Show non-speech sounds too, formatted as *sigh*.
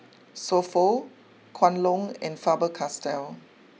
*noise* So Pho Kwan Loong and Faber Castell